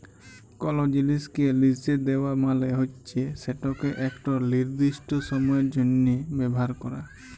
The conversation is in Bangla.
কল জিলিসকে লিসে দেওয়া মালে হচ্যে সেটকে একট লিরদিস্ট সময়ের জ্যনহ ব্যাভার ক্যরা